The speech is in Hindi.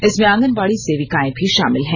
इसमें आंगनबाड़ी सेविकाएं भी शामिल हैं